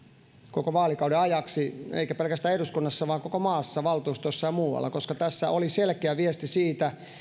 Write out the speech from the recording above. koko vaalikauden ajaksi eikä pelkästään eduskunnassa vaan koko maassa valtuustoissa ja muualla koska tässä oli selkeä viesti siitä